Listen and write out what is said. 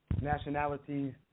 nationalities